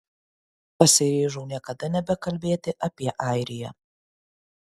pasiryžau niekada nebekalbėti apie airiją